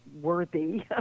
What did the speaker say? worthy